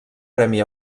premi